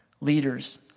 leaders